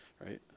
right